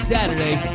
Saturday